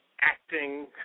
acting